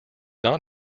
not